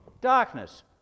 Darkness